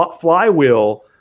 flywheel